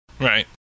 Right